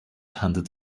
handed